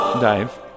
Dave